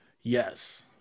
Yes